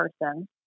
person